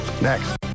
next